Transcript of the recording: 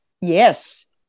Yes